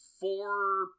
four